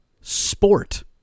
sport